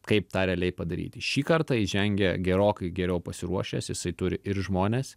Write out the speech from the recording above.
kaip tą realiai padaryti šį kartą įžengia gerokai geriau pasiruošęs jisai turi ir žmones